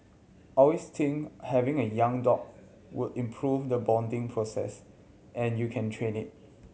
always think having a young dog would improve the bonding process and you can train it